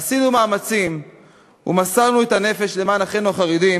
עשינו מאמצים ומסרנו את הנפש למען אחינו החרדים